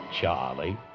Charlie